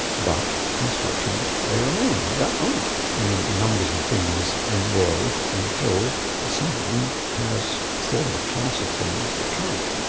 but constructions they remain. there aren't any numbers of things in the world until someone has thought of a class of things to count.